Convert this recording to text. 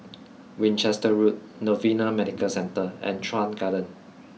Winchester Road Novena Medical Centre and Chuan Garden